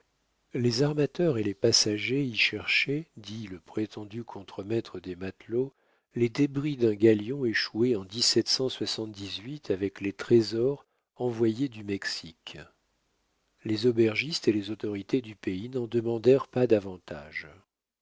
les armateurs et les passagers y cherchaient dit le prétendu contre-maître des matelots les débris d'un galion échoué en avec les trésors envoyés du mexique les aubergistes et les autorités du pays n'en demandèrent pas davantage